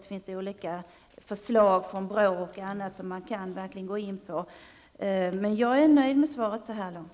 Det finns även olika förslag från BRÅ som man kan titta på. Jag är nöjd med svaret så här långt.